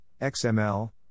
XML